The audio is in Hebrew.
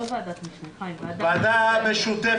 לא ועדת משנה, ועדה משותפת.